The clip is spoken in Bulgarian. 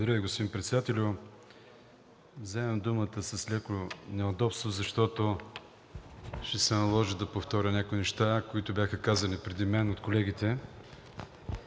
Благодаря Ви, господин Председател. Вземам думата с леко неудобство, защото ще се наложи да повторя някои неща, които бяха казани преди мен от колегите,